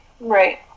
Right